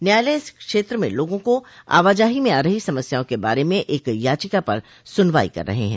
न्यायालय इस क्षेत्र में लोगो को आवाजाही में आ रही समस्याओं के बारे में एक याचिका पर सुनवाई कर रहा है